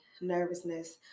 nervousness